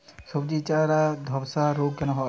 সবজির চারা ধ্বসা রোগ কেন হয়?